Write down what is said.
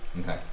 Okay